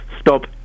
stop